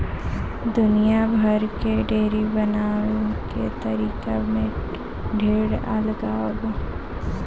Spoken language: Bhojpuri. दुनिया भर के डेयरी बनावे के तरीका में ढेर अलगाव बा